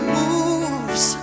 moves